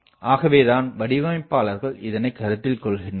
ஆகவேதான் வடிவமைப்பாளர்கள் இதனை கருத்தில் கொள்கின்றனர்